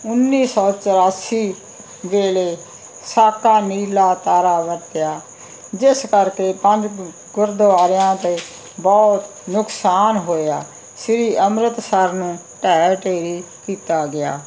ਉੱਨੀ ਸੌ ਚੁਰਾਸੀ ਵੇਲੇ ਸਾਕਾ ਨੀਲਾ ਤਾਰਾ ਵਰਤਿਆ ਜਿਸ ਕਰਕੇ ਪੰਜ ਗੁਰਦੁਆਰਿਆਂ 'ਤੇ ਬਹੁਤ ਨੁਕਸਾਨ ਹੋਇਆ ਸ਼੍ਰੀ ਅੰਮ੍ਰਿਤਸਰ ਨੂੰ ਢਹਿ ਢੇਰੀ ਕੀਤਾ ਗਿਆ